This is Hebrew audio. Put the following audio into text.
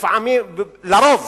על-פי רוב